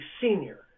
senior